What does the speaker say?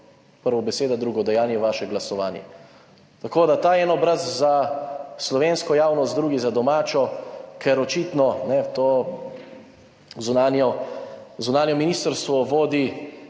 prvo beseda, drugo dejanje, vaše glasovanje. Tako da, ta en obraz za slovensko javnost, drugi za domačo, ker očitno, to zunanje ministrstvo vodi